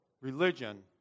religion